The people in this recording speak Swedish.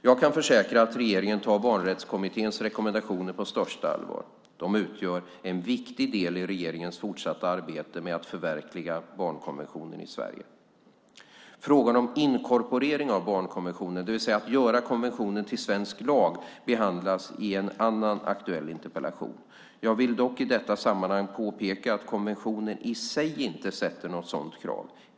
Jag kan försäkra att regeringen tar barnrättskommitténs rekommendationer på största allvar. De utgör en viktig del i regeringens fortsatta arbete med att förverkliga barnkonventionen i Sverige. Frågan om inkorporering av barnkonventionen, det vill säga att göra konventionen till svensk lag, behandlas i en annan aktuell interpellation. Jag vill dock i detta sammanhang påpeka att konventionen i sig inte sätter något sådant krav.